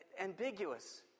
ambiguous